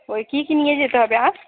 ওই কী কী নিয়ে যেতে হবে আর